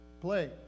Play